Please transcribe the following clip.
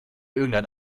irgendein